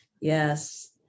Yes